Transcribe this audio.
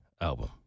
album